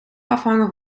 afhangen